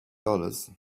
dollars